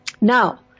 Now